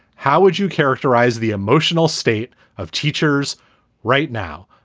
how would you characterize the emotional state of teachers right now?